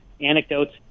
anecdotes